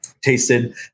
tasted